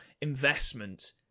investment